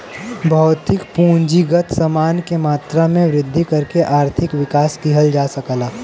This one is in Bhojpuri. भौतिक पूंजीगत समान के मात्रा में वृद्धि करके आर्थिक विकास किहल जा सकला